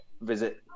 visit